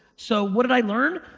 so what did i learn?